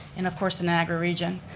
and of course the niagara region.